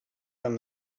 from